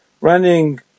running